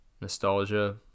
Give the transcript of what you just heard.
nostalgia